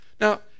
Now